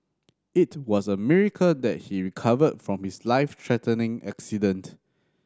it was a miracle that he recovered from his life threatening accident